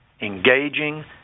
engaging